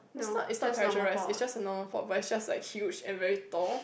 it's not it's not pasteurize it's just a normal pot but is just like huge and very tall